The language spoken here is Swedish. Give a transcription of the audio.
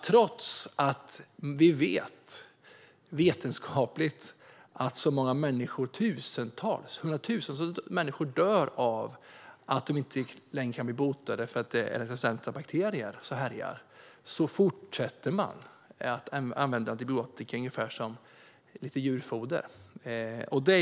Trots att vi vet och vetenskapen har visat att tusentals, ja hundratusentals, människor dör av resistenta bakterier som härjar fortsätter man att använda antibiotika i djurfoder.